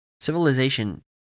Civilization